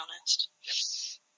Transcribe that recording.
honest